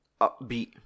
upbeat